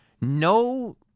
no